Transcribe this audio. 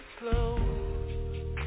slow